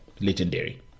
legendary